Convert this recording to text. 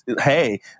hey